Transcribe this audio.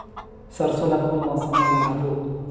सरसो ला कोन मौसम मा लागबो?